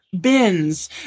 bins